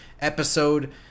episode